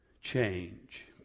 change